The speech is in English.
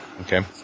Okay